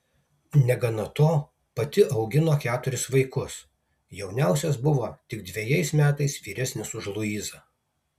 negana to pati augino keturis vaikus jauniausias buvo tik dvejais metais vyresnis už luizą